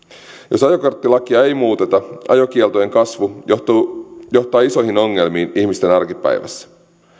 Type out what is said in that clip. jos ajokorttilakia ei muuteta ajokieltojen kasvu johtaa isoihin ongelmiin ihmisten arkipäivässä